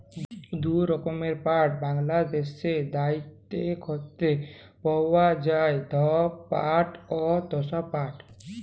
দু রকমের পাট বাংলাদ্যাশে দ্যাইখতে পাউয়া যায়, ধব পাট অ তসা পাট